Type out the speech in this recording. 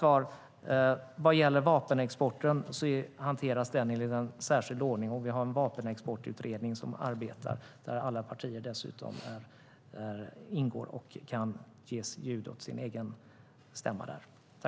Vad gäller vapenexporten hanteras den i särskild ordning, och vi har en vapenexportutredning som arbetar där alla partier dessutom ingår och kan göra sina stämmor hörda.